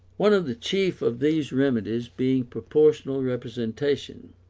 one of the chief of these remedies being proportional representation,